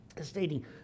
stating